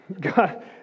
God